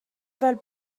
fel